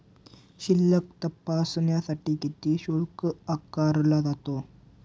शिल्लक तपासण्यासाठी किती शुल्क आकारला जातो?